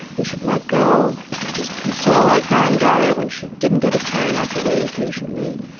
we should let go and just console our crying daughter when she didn't get a turn after waiting patiently.